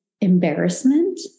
embarrassment